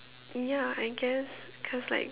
ya I guess cause like